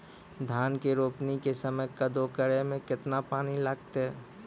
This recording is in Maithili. धान के रोपणी के समय कदौ करै मे केतना पानी लागतै?